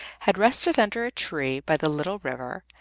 had rested under a tree by the little river,